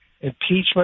impeachment